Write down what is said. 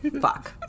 fuck